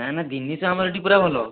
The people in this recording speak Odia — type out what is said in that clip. ନା ନା ଜିନିଷ ଆମର ଏଠି ପୁରା ଭଲ